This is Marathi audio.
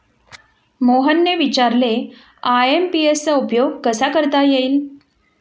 मोहनने विचारले आय.एम.पी.एस चा उपयोग कसा करता येईल?